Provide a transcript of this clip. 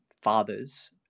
fathers